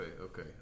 Okay